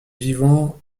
vivant